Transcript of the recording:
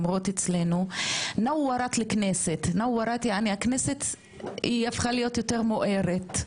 אומרות אצלנו הכנסת היא הפכה להיות יותר מוארת,